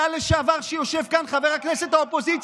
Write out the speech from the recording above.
הבנו.